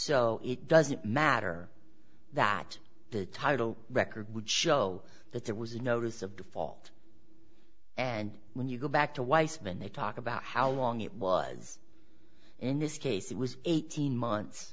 so it doesn't matter that the title record would show that there was a notice of default and when you go back to weisman they talk about how long it was in this case it was eighteen months